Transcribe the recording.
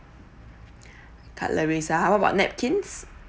cutleries ah what about napkins